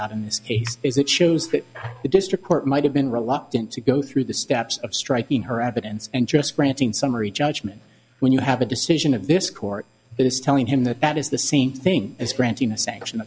out in this case is it shows that the district court might have been reluctant to go through the steps of striking her evidence and just ranting summary judgment when you have a decision of this court that is telling him that that is the same thing as granting a sanction